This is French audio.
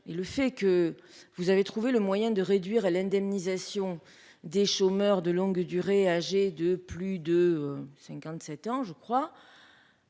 et le fait que vous avez trouvé le moyen de réduire l'indemnisation des chômeurs de longue durée âgés de plus de 57 ans je crois.